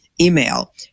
email